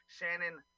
Shannon